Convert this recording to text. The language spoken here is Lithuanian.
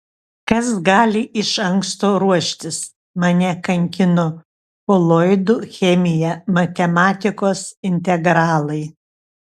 kas gali iš anksto ruoštis mane kankino koloidų chemija matematikos integralai